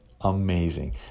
amazing